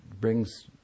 brings